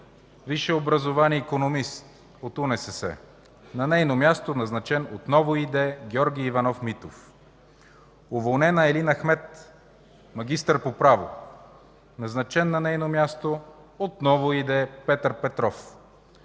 висше образование – икономист от УНСС, на нейно място назначен, отново и.д., Георги Иванов Митов; - уволнена Айлин Мехмед – магистър по право, назначен на нейно място, отново и.д., Петър Петров;